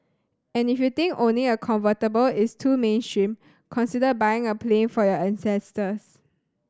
and if you think owning a convertible is too mainstream consider buying a plane for your ancestors